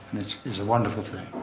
its its a wonderful thing.